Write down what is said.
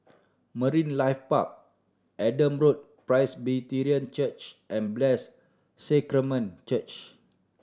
Marine Life Park Adam Road Presbyterian Church and Blessed Sacrament Church